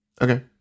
Okay